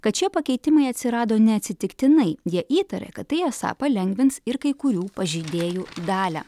kad šie pakeitimai atsirado neatsitiktinai jie įtaria kad tai esą palengvins ir kai kurių pažeidėjų dalią